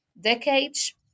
decades